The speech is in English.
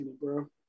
bro